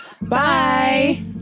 Bye